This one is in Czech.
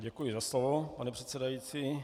Děkuji za slovo, pane předsedající.